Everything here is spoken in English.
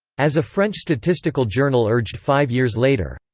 as a french statistical journal urged five years later,